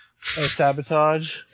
Sabotage